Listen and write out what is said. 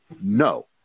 No